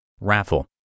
raffle